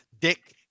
Dick